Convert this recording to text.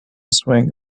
swing